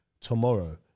tomorrow